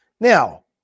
Now